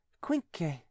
quinque